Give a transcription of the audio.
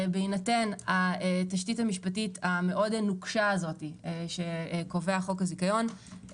בהינתן התשתית המשפטית המאוד נוקשה הזאת שקובע חוק הזיכיון,